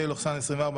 (פ/)1599/24,